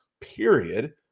period